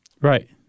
Right